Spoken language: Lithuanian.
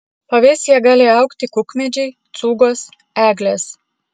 pavėsyje gali augti kukmedžiai cūgos eglės